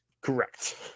correct